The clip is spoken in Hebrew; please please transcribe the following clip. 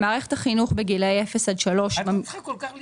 את לא צריכה כל כך להתייחס.